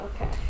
okay